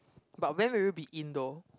but when will you be in though